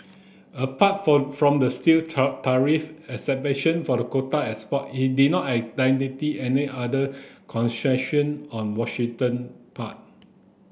apart for from the steel tariff exemption for the quota export he did not identity any other concession on Washington part